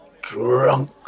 drunk